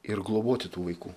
ir globoti tų vaikų